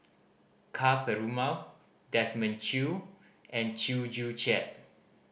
Ka Perumal Desmond Choo and Chew Joo Chiat